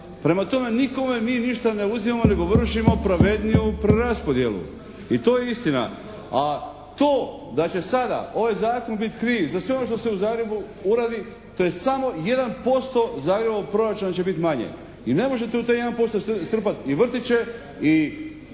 Prema tome, nikome mi ništa ne uzimamo, nego vršimo pravedniju preraspodjelu. I to je istina, a to da će sada ovaj zakon biti kriv za sve ono što se u Zagrebu uradi to je samo 1% zagrebačkog proračuna će biti manje i ne možete u taj 1% strpati i vrtiće, i